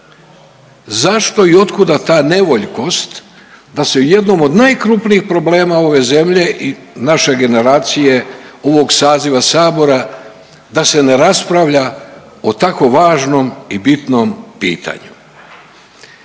Zašto i otkuda ta nevoljkost da se o jednom od najkrupnijih problema ove zemlje i naše generacije ovog saziva sabora da se ne raspravlja o tako važnom i bitnom pitanju?